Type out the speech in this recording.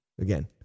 Again